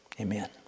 Amen